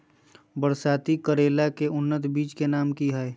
बरसाती करेला के उन्नत बिज के नाम की हैय?